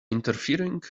interfering